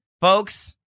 folks